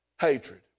hatred